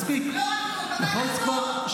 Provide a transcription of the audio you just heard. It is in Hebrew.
מתי לחזור?